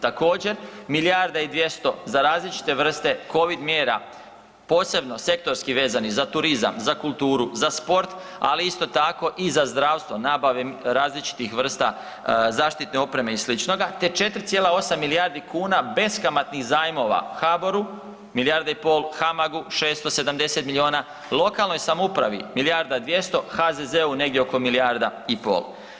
Također milijarda i 200 za različite vrste Covid mjera posebno sektorski vezanih za turizam, za kulturu, za sport, ali isto tako i za zdravstvo nabave različitih vrsta zaštitne opreme i sličnoga te 4,8 milijardi kuna beskamatnih zajmova HABOR-u 1,5, HAMAG-u 670 miliona, lokalnoj samoupravi milijarda 200, HZZ-u negdje oko milijarda i pol.